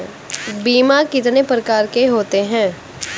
बीमा कितने प्रकार के होते हैं?